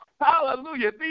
Hallelujah